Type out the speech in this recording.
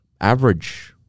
average